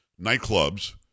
nightclubs